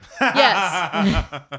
Yes